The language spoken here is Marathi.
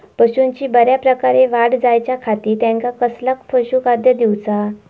पशूंची बऱ्या प्रकारे वाढ जायच्या खाती त्यांका कसला पशुखाद्य दिऊचा?